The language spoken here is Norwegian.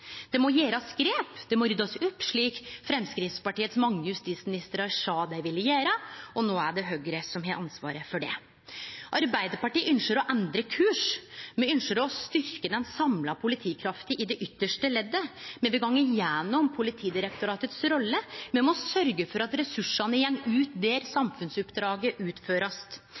Det må takast grep, det må ryddast opp, slik Framstegspartiets mange justisministrar sa dei ville gjere, og no er det Høgre som har ansvaret for det. Arbeidarpartiet ynskjer å endre kurs. Me ynskjer å styrkje den samla politikrafta i det ytste leddet. Me vil gå igjennom Politidirektoratets rolle. Me må sørgje for at ressursane går ut der samfunnsoppdraget